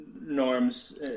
norms